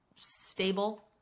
stable